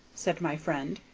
said my friend,